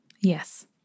Yes